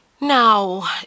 Now